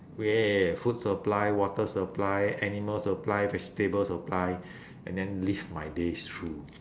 eh food supply water supply animal supply vegetable supply and then live my days through